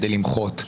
כדי למחות.